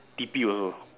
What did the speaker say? T_P also